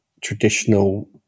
traditional